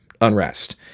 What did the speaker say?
unrest